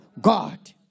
God